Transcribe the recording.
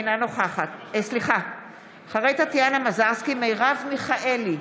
אינה נוכחת מרב מיכאלי,